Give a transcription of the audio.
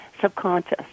subconscious